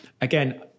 again